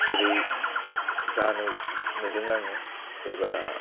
जेरै जा नुदों आङो सोरबा